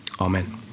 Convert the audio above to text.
Amen